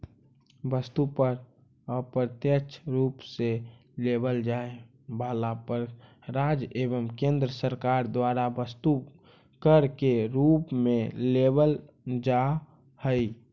वस्तु पर अप्रत्यक्ष रूप से लेवल जाए वाला कर राज्य एवं केंद्र सरकार द्वारा वस्तु कर के रूप में लेवल जा हई